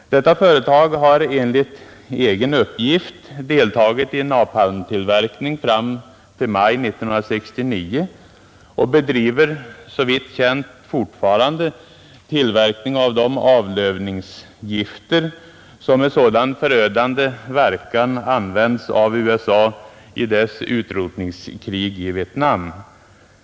Detta företag har enligt egen uppgift deltagit i napalmtillverkning fram till maj 1969 och bedriver såvitt känt fortfarande tillverkning av de avlövningsgifter som med sådan förödande verkan användes av USA i dess utrotningskrig i Vietnam.